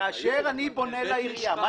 כאשר אני בונה לעירייה.